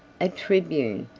a tribune,